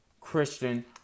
Christian